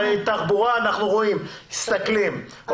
תחבורה אנחנו רואים, מסתכלים.